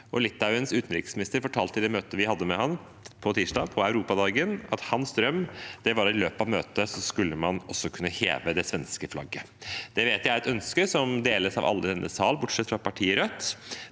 og Litauens utenriksminister fortalte i det møtet vi hadde med ham på tirsdag – på Europadagen – at hans drøm var at man i løpet av møtet også kunne heve det svenske flagget. Det vet jeg er et ønske som deles av alle i denne sal, bortsett fra partiet Rødt.